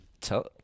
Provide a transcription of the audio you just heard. tell